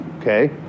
okay